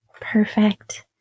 Perfect